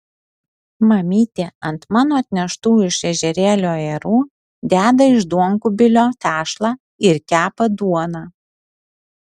mamytė ant mano atneštų iš ežerėlio ajerų deda iš duonkubilio tešlą ir kepa duoną